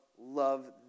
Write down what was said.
love